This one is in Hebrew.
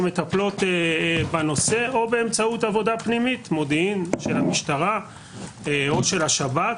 מטפלות בנושא או באמצעות עבודה פנימית כמו מודיעין של המשטרה או של השב"כ,